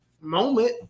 moment